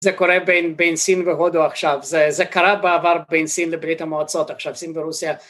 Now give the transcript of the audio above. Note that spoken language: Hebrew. זה קורה בין בין סין והודו עכשיו, זה זה קרה בעבר בין סין לברית המועצות עכשיו סין ורוסיה